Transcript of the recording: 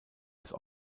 des